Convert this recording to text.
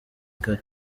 kare